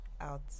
out